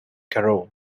carole